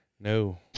No